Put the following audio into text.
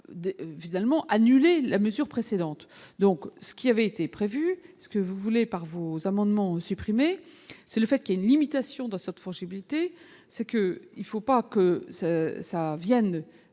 annulé la mesure précédente donc ce qui avait été prévu ce que vous venez par vos amendements au c'est le fait qu'il ait une limitation de sorte fauchés, c'est que il faut pas que ça Vienne